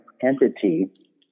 entity